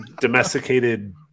domesticated